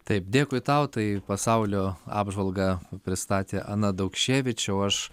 taip dėkui tau tai pasaulio apžvalgą pristatė ana daukševič o aš